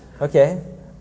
Okay